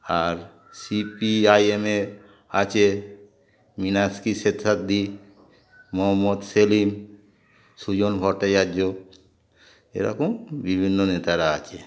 R C P I M এ আছে মীনাক্ষী ইত্যাদি মোহাম্মদ সেলিম সুজন ভট্টাচার্য এরকম বিভিন্ন নেতারা আছে